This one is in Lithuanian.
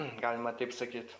galima taip sakyt